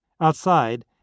outside